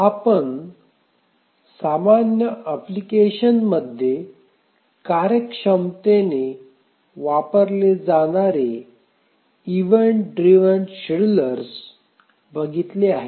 आपण सामान्य अप्लिकेशनमध्ये कार्यक्षमतेने वापरले जाणारे event driven schedulers Event - Driven Schedulers बघितले आहे